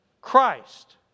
Christ